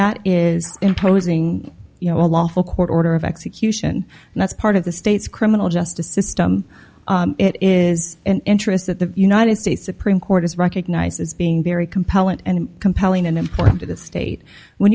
that is imposing you know a lawful court order of execution and that's part of the state's criminal justice system it is an interest that the united states supreme court has recognized as being very compelling and compelling and important to the state when